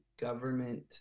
government